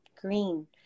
green